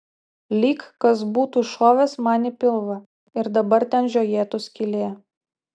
lyg kas būtų šovęs man į pilvą ir dabar ten žiojėtų skylė